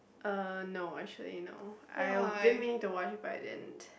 uh no actually no I been meaning to watch but I didn't